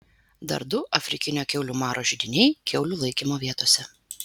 dar du afrikinio kiaulių maro židiniai kiaulių laikymo vietose